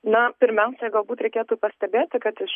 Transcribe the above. na pirmiausiai galbūt reikėtų pastebėti kad iš